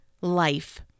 life